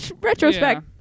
retrospect